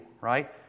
right